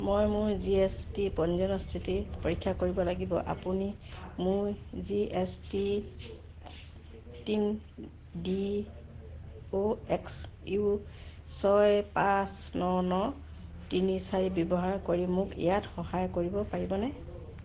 মই মোৰ G S T পঞ্জীয়নৰ স্থিতি পৰীক্ষা কৰিব লাগিব আপুনি মোৰ G S T D O X U ছয় পাঁচ ন ন তিনি চাৰি ব্যৱহাৰ কৰি মোক ইয়াত সহায় কৰিব পাৰিবনে